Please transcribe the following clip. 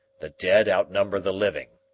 the dead outnumber the living.